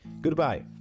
Goodbye